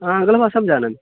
आङ्गलभाषां जानामि